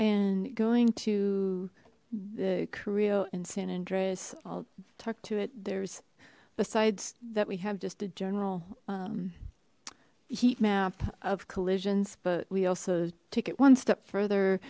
and going to the career in san andreas i'll talk to it there's besides that we have just a general heat map of collisions but we also take it one step further